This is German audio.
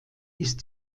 ist